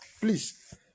please